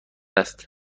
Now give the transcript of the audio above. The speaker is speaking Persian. است